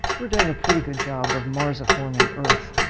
we're doing a pretty good job of marsaforming earth.